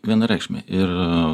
vienareikšmiai ir